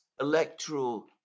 Electoral